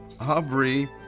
Aubrey